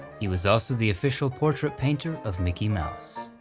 he was also the official portrait painter of mickey mouse.